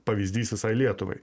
pavyzdys visai lietuvai